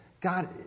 God